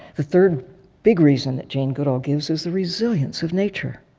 the third big reason that jane goodall gives is the resilience of nature.